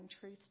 truth